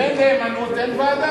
אם אין נאמנות, אין ועדה.